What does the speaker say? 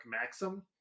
Maxim